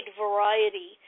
variety